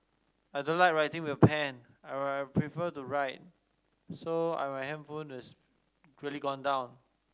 I don't like writing with a pen I prefer to write so I has really gone down